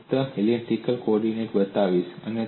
હું ફક્ત elliptic coordinates બતાવીશ